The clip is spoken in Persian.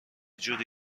جوری